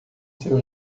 seu